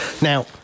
now